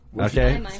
Okay